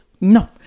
No